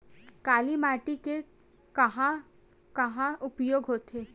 काली माटी के कहां कहा उपयोग होथे?